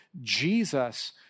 Jesus